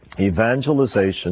evangelization